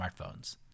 smartphones